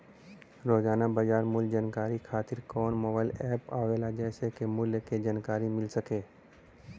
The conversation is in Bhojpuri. रोजाना बाजार मूल्य जानकारी खातीर कवन मोबाइल ऐप आवेला जेसे के मूल्य क जानकारी मिल सके?